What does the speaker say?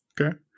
okay